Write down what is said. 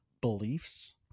beliefs